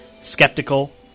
skeptical